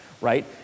right